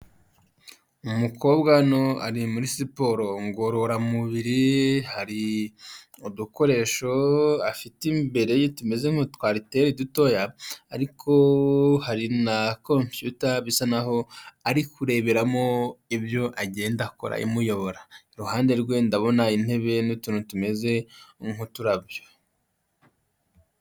Umukobwa ari muri siporo ngororamubiri hari udukoresho afite imbere tumeze nk'utwariteri dutoya ariko hari na kompiyuta bisa n'aho ari kureberamo ibyo agenda akora imuyobora, iruhande rwe ndabona intebe n'utuntu tumeze nk'uturabyo.